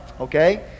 Okay